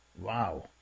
Wow